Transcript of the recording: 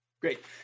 Great